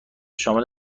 شامل